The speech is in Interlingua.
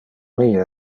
mie